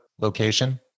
location